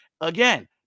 Again